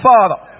Father